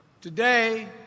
today